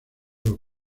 los